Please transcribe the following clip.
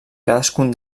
cadascun